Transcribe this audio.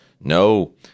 no